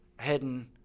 hidden